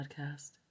podcast